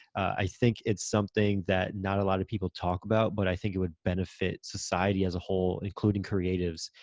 i think it's something that not a lot of people talk about, but i think it would benefit society as a whole, including creatives,